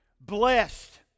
Blessed